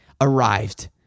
arrived